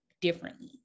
differently